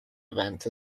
event